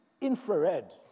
infrared